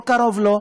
או קרוב לו,